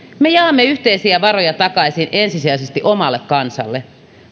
me jaamme yhteisiä varoja takaisin ensisijaisesti omalle kansalle